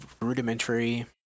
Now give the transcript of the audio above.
rudimentary